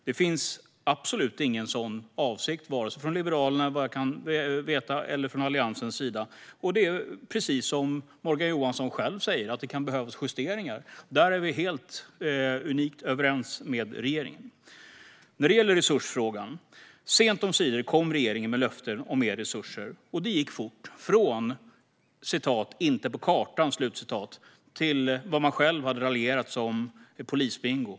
Det finns absolut ingen sådan avsikt från vare sig Liberalerna, såvitt jag vet, eller Alliansen. I stället är det precis som Morgan Johansson själv säger, att det kan behövas justeringar, och här är vi helt överens med regeringen. Så till resursfrågan. Sent omsider kom regeringen med löften om mer resurser. Det gick fort från "inte på kartan" till det man själv raljerat över som polisbingo.